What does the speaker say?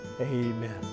Amen